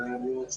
אני מודה